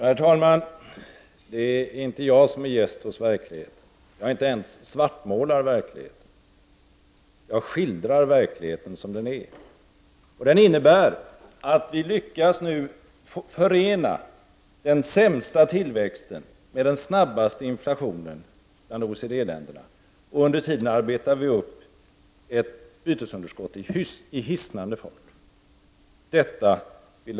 Herr talman! Det är inte jag som är gäst hos verkligheten. Jag svartmålar den inte ens. Jag skildrar verkligheten som den är. Den innebär nu att vi lyckas förena den sämsta tillväxten med den snabbaste inflationen bland OECD-länderna. Under tiden arbetar vi i hisnande fart upp ett bytesunderskott.